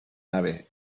nave